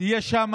תהיה שם